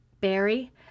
Barry